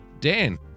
Dan